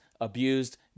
abused